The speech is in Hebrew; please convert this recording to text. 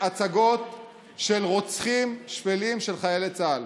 הצגות של רוצחים שפלים של חיילי צה"ל.